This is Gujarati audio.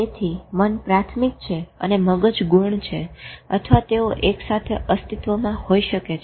તેથી મન પ્રાથમિક છે મગજ ગૌણ છે અથવા તેઓ એકસાથે અસ્તિત્વમાં હોઈ શકે છે